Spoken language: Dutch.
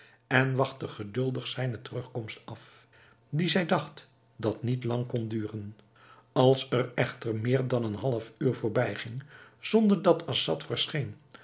en wachtte geduldig zijne terugkomst af die zij dacht dat niet lang kon duren als er echter meer dan een half uur voorbijging zonder dat assad verscheen